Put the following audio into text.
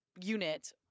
unit